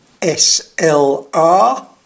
SLR